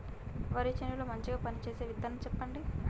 వరి చేను లో మంచిగా పనిచేసే విత్తనం చెప్పండి?